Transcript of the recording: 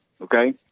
okay